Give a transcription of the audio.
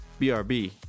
BRB